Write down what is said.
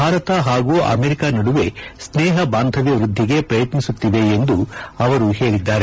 ಭಾರತ ಪಾಗೂ ಅಮೆರಿಕ ನಡುವೆ ಸ್ನೇಪ ಬಾಂಧವ್ಕ ವೃದ್ಧಿಗೆ ಪ್ರಯತ್ನಿಸುತ್ತಿವೆ ಎಂದು ಅವರು ಹೇಳಿದ್ದಾರೆ